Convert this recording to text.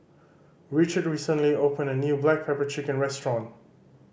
Richard recently opened a new black pepper chicken restaurant